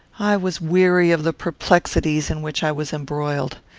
i was weary of the perplexities in which i was embroiled.